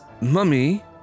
Mummy